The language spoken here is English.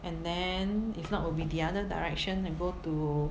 and then if not will be the other direction and go to